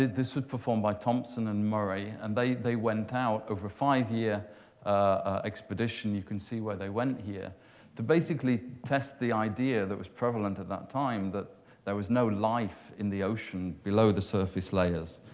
this was performed by thompson and murray. and they they went out over five-year ah expedition. you can see where they went here to basically test the idea that was prevalent at that time that there was no life in the ocean below the surface layers,